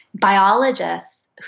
Biologists